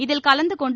இதில் கலந்து கொண்டு